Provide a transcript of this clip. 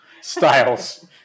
styles